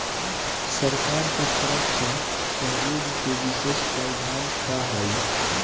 सरकार के तरफ से सहयोग के विशेष प्रावधान का हई?